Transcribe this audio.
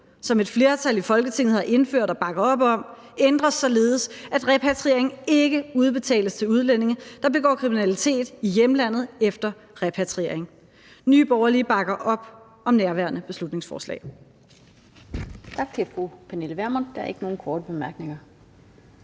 som et flertal i Folketinget har indført og bakker op om, ændres, således at repatriering ikke udbetales til udlændinge, der begår kriminalitet i hjemlandet efter repatrieringen. Nye Borgerlige bakker op om nærværende beslutningsforslag.